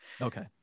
Okay